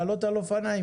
לעלות על אופניים.